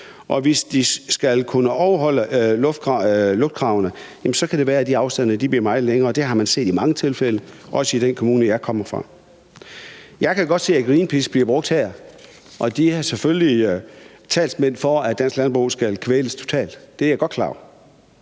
og hvis man skal overholde kravene, kan det være, at de afstande bliver meget længere, og det har man set i mange tilfælde, også i den kommune, jeg kommer fra. Jeg kan godt se, at Greenpeace bliver brugt her, og de er selvfølgelig talsmænd for, at dansk landbrug skal kvæles totalt – det er jeg godt klar over.